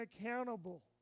accountable